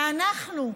ואנחנו,